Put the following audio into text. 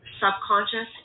Subconscious